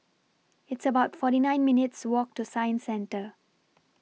It's about forty nine minutes' Walk to Science Centre